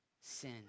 sin